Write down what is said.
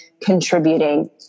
contributing